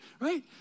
right